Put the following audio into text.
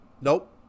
Nope